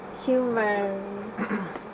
Human